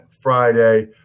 Friday